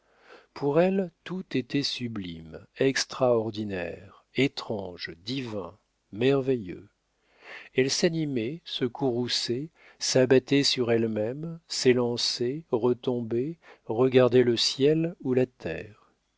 pour elle tout était sublime extraordinaire étrange divin merveilleux elle s'animait se courrouçait s'abattait sur elle-même s'élançait retombait regardait le ciel ou la terre